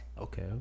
Okay